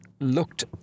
looked